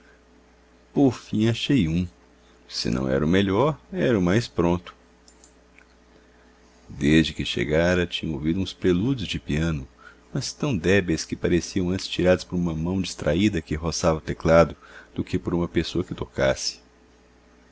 por fim achei um se não era o melhor era o mais pronto desde que chegara tinha ouvido uns prelúdios de piano mas tão débeis que pareciam antes tirados por uma mão distraída que roçava o teclado do que por uma pessoa que tocasse